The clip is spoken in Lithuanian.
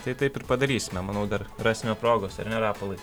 tai taip ir padarysime manau dar rasime progos ar ne rapolai